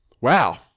wow